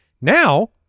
Now